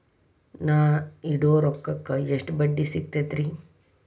ನಾ ಇಡೋ ರೊಕ್ಕಕ್ ಎಷ್ಟ ಬಡ್ಡಿ ಸಿಕ್ತೈತ್ರಿ?